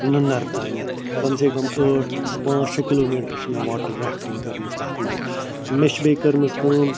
نُنَر تانیٚتھ کم سے کم ٲٹھ پانٛژھ شےٚ کِلومیٖٹَر چھِ مےٚ واٹَر ریٚفٹِنٛگ کٔرمٕژ تَتھ منٛز مےٚ چھِ بیٚیہِ کٔرمٕژ کٲم